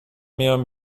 میام